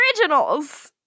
originals